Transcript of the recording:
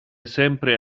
sempre